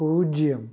பூஜ்ஜியம்